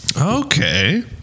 okay